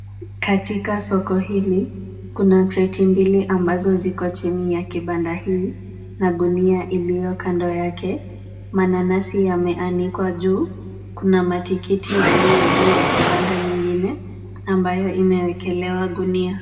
Katika soko hili, kuna kreti mbili ambazo ziko chini ya kibanda hii, na gunia iliyo kando yake. Mananasi yameanikwa juu, kuna matikiti yaliyo juu ya kibanda nyingine, ambayo imewekelewa gunia.